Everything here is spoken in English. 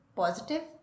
positive